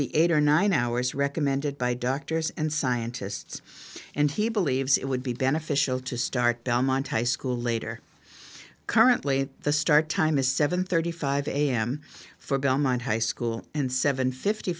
the eight or nine hours recommended by doctors and scientists and he believes it would be beneficial to start their monteith school later currently the start time is seven thirty five am for belmont high school and seven fifty